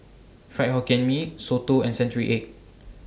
Fried Hokkien Mee Soto and Century Egg